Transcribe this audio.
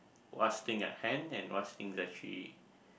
what's thing at hand and what's thing that actually